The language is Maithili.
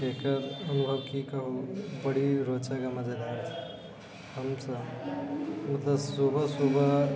एकर अनुभव की कहू बड़ी रोचक आओर मजेदार हइ हमसब ओतऽ सुबह सुबह